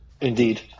Indeed